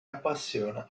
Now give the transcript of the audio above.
appassiona